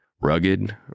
Rugged